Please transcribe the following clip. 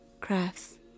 crafts